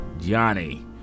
Johnny